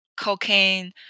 cocaine